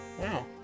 Wow